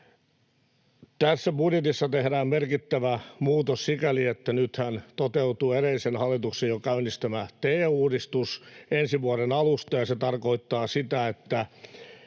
Tässä budjetissa tehdään merkittävä muutos sikäli, että nythän toteutuu edellisen hallituksen jo käynnistämä TE-uudistus ensi vuoden alusta, ja se tarkoittaa sitä, että